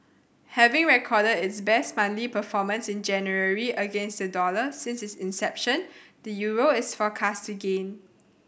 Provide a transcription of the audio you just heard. having recorded its best monthly performance in January against the dollar since its inception the euro is forecast to gain